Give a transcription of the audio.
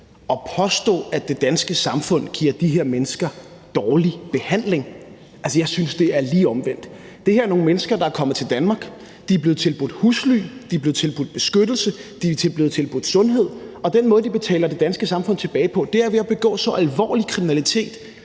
at påstå, at det danske samfund giver de her mennesker dårlig behandling, vil jeg sige, at jeg synes, det er lige omvendt. Det her er nogle mennesker, der er kommet til Danmark; de er blevet tilbudt husly, de er blevet tilbudt beskyttelse, de er blevet tilbudt sundhed, og den måde, de betaler det danske samfund tilbage på, er ved at begå så alvorlig kriminalitet,